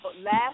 last